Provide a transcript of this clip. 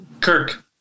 Kirk